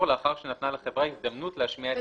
לאחר שנתנה לחברה הזדמנות להשמיע את טענותיה".